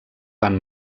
van